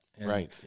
Right